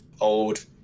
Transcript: old